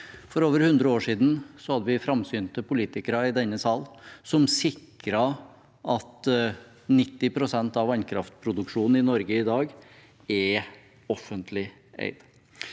For over 100 år siden hadde vi framsynte politikere i denne sal som sikret at 90 pst. av vannkraftproduksjonen i Norge i dag er offentlig eid.